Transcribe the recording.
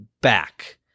back